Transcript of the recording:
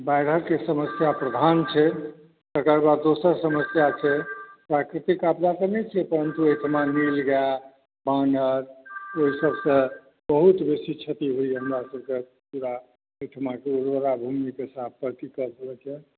बाढ़िके समस्या प्रधान छै तेकर बाद दोसर समस्या छै प्राकृतिक आपदा तऽ नहि छै परन्तु अहिठमा नील गाय वानर ओहिसभसँ बहुत बेसी क्षति होईया हमरासभकेँ पूरा एहिठमाक उर्वरा भूमिके साफ परतीक लऽके